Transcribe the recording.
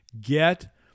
get